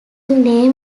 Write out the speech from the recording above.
name